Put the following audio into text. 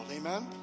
Amen